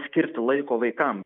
skirti laiko vaikam